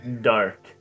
dark